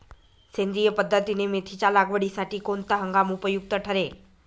सेंद्रिय पद्धतीने मेथीच्या लागवडीसाठी कोणता हंगाम उपयुक्त ठरेल?